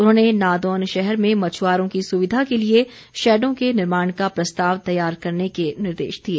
उन्होंने नादौन शहर में मछुआरों की सुविधा के लिए शैडों के निर्माण का प्रस्ताव तैयार करने के निर्देश दिए